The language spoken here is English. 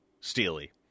Steely